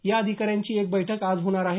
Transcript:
या अधिकाऱ्यांची एक बैठक आज होणार आहे